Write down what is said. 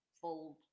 fold